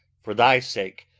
for thy sake,